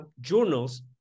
journals